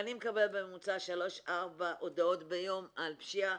אני מקבלת בממוצע שלוש-ארבע הודעות ביום על פשיעה,